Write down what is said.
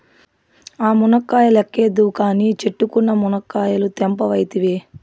ఆ మునక్కాయ లెక్కేద్దువు కానీ, చెట్టుకున్న మునకాయలు తెంపవైతివే